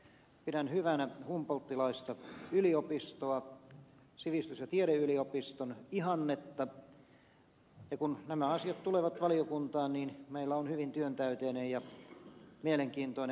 pidän hyvänä humboldtilaista yliopistoa sivistys ja tiedeyliopiston ihannetta ja kun nämä asiat tulevat valiokuntaan niin meillä on hyvin työntäyteinen ja mielenkiintoinen asiakenttä käsiteltävänä